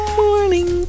morning